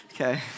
Okay